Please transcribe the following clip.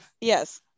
Yes